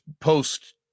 post